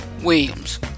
Williams